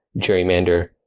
gerrymander